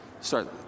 start